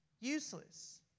useless